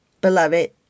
beloved